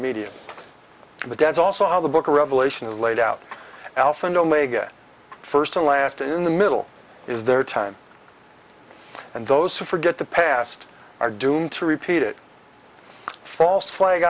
media but that's also how the book of revelation is laid out alpha and omega first and last in the middle is their time and those who forget the past are doomed to repeat it false flag